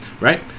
right